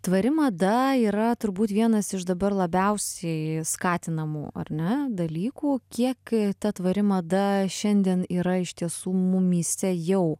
tvari mada yra turbūt vienas iš dabar labiausiai skatinamų ar ne dalykų kiek ta tvari mada šiandien yra iš tiesų mumyse jau